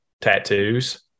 tattoos